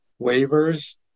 waivers